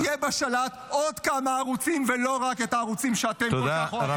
-- יהיה בשלט עוד כמה ערוצים ולא רק את הערוצים שאתם אוהבים כל כך.